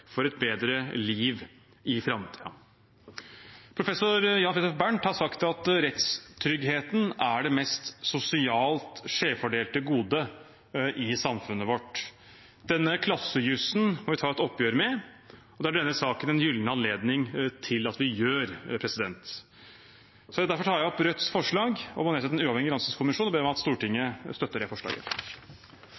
for et bedre liv i framtiden. Professor Jan Fridthjof Bernt har sagt at rettstryggheten er det mest sosialt skjevfordelte godet i samfunnet vårt. Denne klassejussen må vi ta et oppgjør med, og det er denne saken en gyllen anledning til at vi gjør. Derfor tar jeg opp Rødts forslag om å nedsette en uavhengig granskingskommisjon og ber om at Stortinget